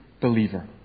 believer